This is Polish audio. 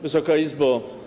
Wysoka Izbo!